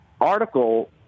article